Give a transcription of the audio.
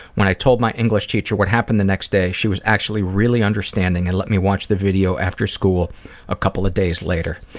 when i told my english teacher what happened the next day, she was actually really understanding and let me watch the video after school a couple of days later.